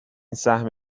سهم